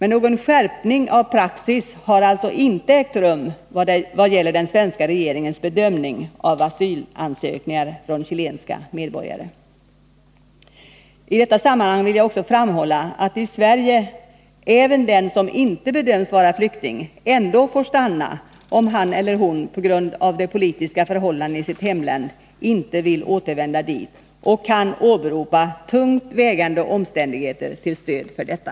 Någon skärpning av praxis har alltså inte ägt rum vad gäller den svenska regeringens bedömning av asylansökningar från chilenska medborgare. I detta sammanhang vill jag också framhålla, att i Sverige även den som inte bedöms vara flykting ändå får stanna om han eller hon på grund av de politiska förhållandena i sitt hemland inte vill återvända dit och kan åberopa tungt vägande omständigheter till stöd för detta.